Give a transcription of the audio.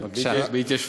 בבקשה.